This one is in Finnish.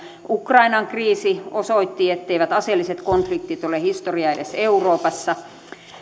ukrainan kriisi osoitti etteivät aseelliset konfliktit ole historiaa edes euroopassa